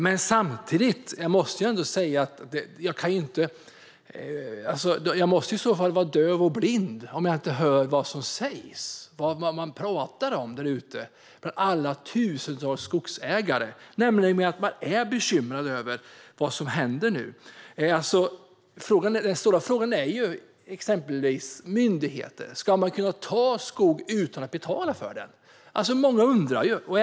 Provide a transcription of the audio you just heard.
Men samtidigt måste jag säga att jag inte är döv och blind; jag hör vad som sägs och vad man pratar om bland alla tusentals skogsägare, nämligen att man är bekymrad över vad som händer nu. En stor fråga är exempelvis vad myndigheter gör. Ska man kunna ta skog utan att betala för den? Det undrar många.